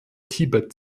tibet